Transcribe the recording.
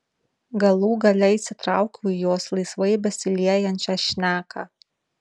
galų gale įsitraukiau į jos laisvai besiliejančią šneką